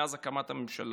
מאז הקמת הממשלה.